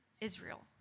Israel